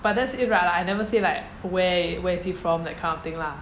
but that's it right like I never say like where where is he from that kind of thing lah